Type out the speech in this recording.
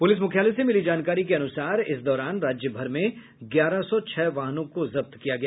police मुख्यालय से मिली जानकारी के अनुसार इस दौरान राज्य भर में ग्यारह सौ छह वाहनों को जब्त किया गया